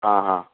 आं हां